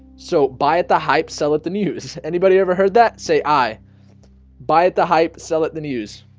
so by it the hype sell at the news anybody ever heard that say i buy it the hype sell it the news